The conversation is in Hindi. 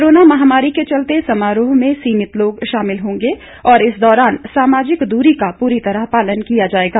कोरोना महामारी के चलते समारोह में सीमित लोग शामिल होंगे और इस दौरान सामाजिक दूरी का पूरी तरह पालन किया जाएगा